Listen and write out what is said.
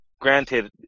granted